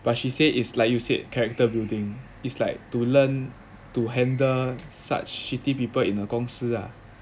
but she said it's like you said character building it's like to learn to handle such shitty people in a 公司 ah